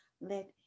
Let